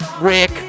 Rick